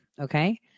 Okay